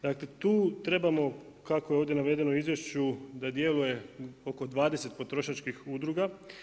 Dakle, tu trebamo kako je ovdje navedeno u izvješću da djeluje oko 20 potrošačkih udruga.